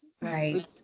Right